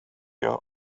your